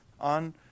on